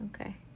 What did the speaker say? Okay